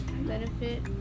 benefit